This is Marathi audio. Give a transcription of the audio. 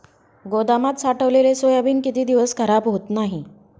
गोदामात साठवलेले सोयाबीन किती दिवस खराब होत नाही?